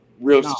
real